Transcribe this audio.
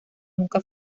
nunca